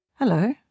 Hello